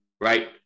right